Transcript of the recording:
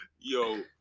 yo